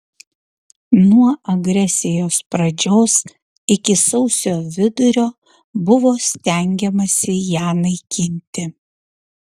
nuo agresijos pradžios iki sausio vidurio buvo stengiamasi ją naikinti